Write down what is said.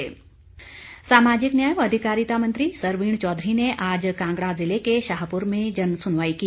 सरवीण चौधरी सामाजिक न्याय व अधिकारिता मंत्री सरवीण चौधरी ने आज कांगड़ा जिले के शाहपुर में सुनवाई की